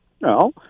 No